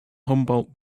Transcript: humboldt